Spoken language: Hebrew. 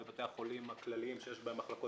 שקלים ובתי החולים הכליים שיש בהם מחלקות